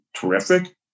terrific